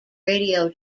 radio